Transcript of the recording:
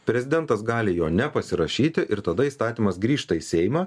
prezidentas gali jo nepasirašyti ir tada įstatymas grįžta į seimą